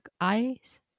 eyes